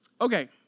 Okay